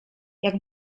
jak